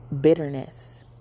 bitterness